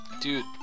Dude